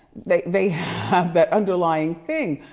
they they have that underlying thing,